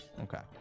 Okay